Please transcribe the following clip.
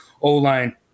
O-line